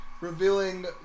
revealing